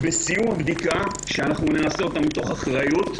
ובסיום הבדיקה, שנעשה אותה מתוך אחריות,